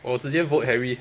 我直接 vote harry